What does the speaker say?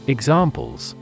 Examples